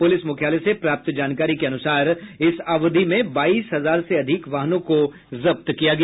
police मुख्यालय से प्राप्त जानकारी के अनुसार इस अवधि में बाईस हजार से अधिक वाहनों को जब्त किया गया